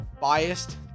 biased